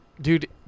Dude